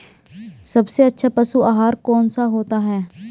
सबसे अच्छा पशु आहार कौन सा होता है?